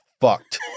fucked